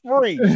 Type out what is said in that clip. Free